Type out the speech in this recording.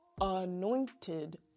anointed